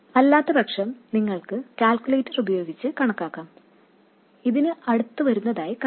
അല്ലാത്തപക്ഷം നിങ്ങൾക്ക് കാൽക്കുലേറ്റർ ഉപയോഗിച്ച് കണക്കാക്കാം ഇതിന് അടുത്തു വരുന്നതായി കാണാം